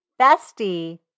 bestie